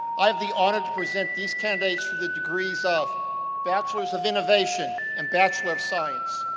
i have the honor to present these candidates for the degrees of bachelors of innovation, and bachelor of science.